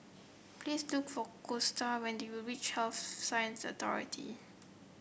please look for Gusta when you reach Health Sciences Authority